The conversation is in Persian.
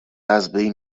ازبین